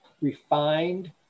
refined